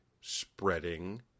spreading